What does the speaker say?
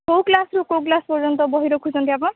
କେଉଁ କ୍ଲାସ୍ରୁ କେଉଁ କ୍ଳାସ୍ ପର୍ଯ୍ୟନ୍ତ ବହି ରଖୁଛନ୍ତି ଆପଣ